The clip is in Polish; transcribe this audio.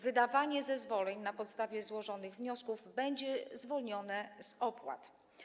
Wydawanie zezwoleń na podstawie złożonych wniosków będzie zwolnione z opłat.